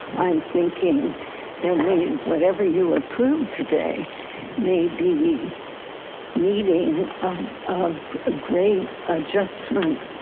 i'm thinking they're mean whatever you approved today may be needing of of great adjustment,